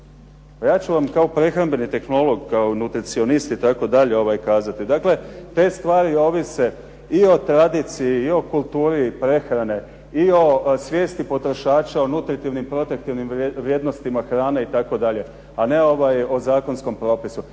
ja ću vam kao prehrambeni tehnolog, kao nutricionist itd. kazati. Dakle, te stvari ovise i o tradiciji i o kulturi prehrane i o svijesti potrošača o nutritivnim, protektivnim vrijednostima hrane, a ne o zakonskom propisu.